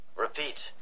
Repeat